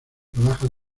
rodajas